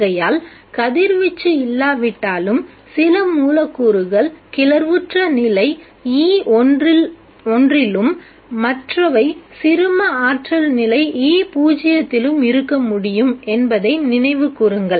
ஆகையால் கதிர்வீச்சு இல்லாவிட்டாலும் சில மூலக்கூறுகள் கிளர்வுற்ற நிலை E1 யிலும் மற்றவை சிறும ஆற்றல் நிலை E0 யிலும் இருக்க முடியும் என்பதை நினைவு கூறுங்கள்